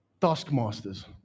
Taskmasters